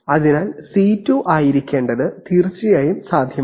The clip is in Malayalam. അതിനാൽ C2 ആയിരിക്കേണ്ടത് തീർച്ചയായും സാധ്യമാണ്